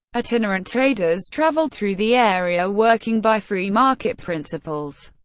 itinerant traders traveled through the area, working by free market principles.